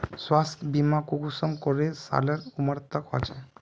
स्वास्थ्य बीमा कुंसम करे सालेर उमर तक होचए?